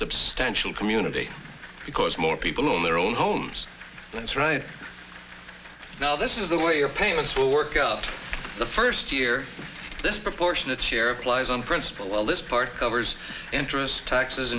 substantial community because more people own their own homes that's right now this is the way your payments will work up the first year this proportionate share applies on principle well this part covers interest taxes